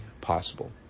possible